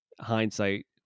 hindsight